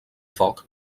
foc